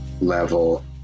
level